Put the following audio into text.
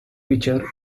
pitcher